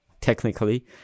Technically